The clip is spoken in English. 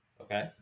Okay